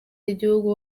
y’igihugu